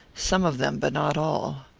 some of them, but not all.